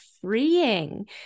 freeing